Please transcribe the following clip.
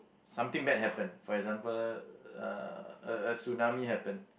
something bad happened for example uh a a tsunami happen